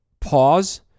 pause